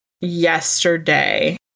yesterday